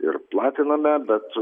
ir platiname bet